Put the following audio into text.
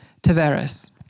Taveras